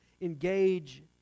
engage